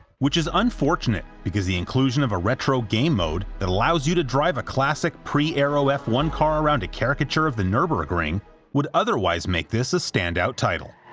which is unfortunate because the inclusion of a retro game mode that allows you to drive a classic, pre-aero f one car around a caricature of the nurburgring would otherwise make this a standout title.